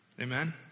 Amen